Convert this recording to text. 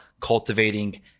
cultivating